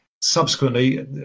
Subsequently